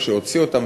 כשהוציא אותם,